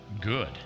good